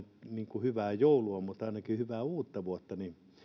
sanoa hyvää joulua ja ainakin hyvää uutta vuotta